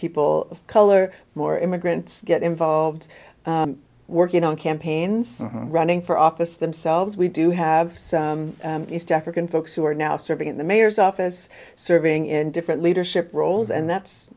people of color more immigrants get involved working on campaigns running for office themselves we do have some east african folks who are now serving in the mayor's office serving in different leadership roles and that's